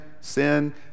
sin